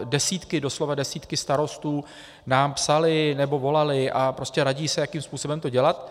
Desítky, doslova desítky starostů nám psaly nebo volaly a radí se, jakým způsobem to dělat.